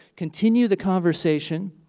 continue the conversation,